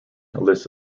lists